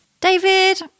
David